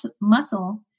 muscle